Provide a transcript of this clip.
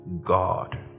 god